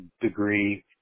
degree